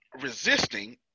resisting